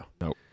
Nope